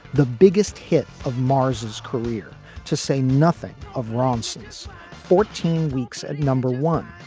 the biggest hit of mars's career to say nothing of ronson's fourteen weeks at number one,